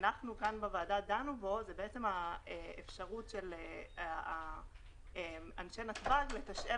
דנו בוועדה באפשרות של אנשי נתב"ג לתשאל